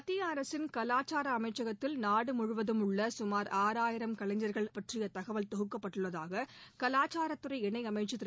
மத்திய அரசின் கவாச்சார அமைச்சகத்தில் நாடு முழுவதும் உள்ள சுமார் ஆறாயிரம் கலைஞர்கள் பற்றிய தகவல் தொகுக்கப்பட்டுள்ளதாக கலாச்சாரத்துறை இணையமைச்சர் திரு